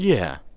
yeah,